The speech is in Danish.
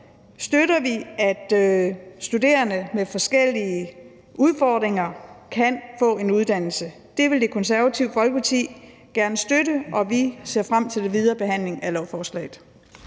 støtter vi, at studerende med forskellige udfordringer kan få en uddannelse. Det vil Det Konservative Folkeparti gerne støtte, og vi ser frem til den videre behandling af lovforslaget.